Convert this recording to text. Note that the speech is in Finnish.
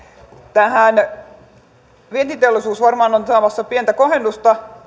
tähän vientiteollisuus varmaan on saamassa pientä kohennusta